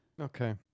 Okay